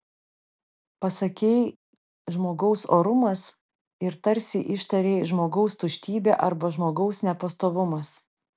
pasakei žmogaus orumas ir tarsi ištarei žmogaus tuštybė arba žmogaus nepastovumas